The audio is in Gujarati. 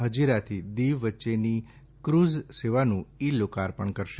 હજીરાથી દીવ વચ્ચેની ક્રઝ સેવાનું ઇ લોકાર્પણ કરશે